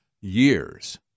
years